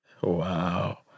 Wow